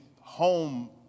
home